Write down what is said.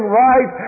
right